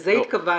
לזה התכוונתי.